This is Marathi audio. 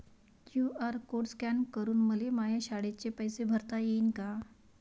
क्यू.आर कोड स्कॅन करून मले माया शाळेचे पैसे भरता येईन का?